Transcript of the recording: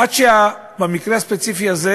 עד כדי כך שבמקרה הספציפי הזה